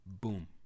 boom